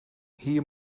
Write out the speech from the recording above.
hier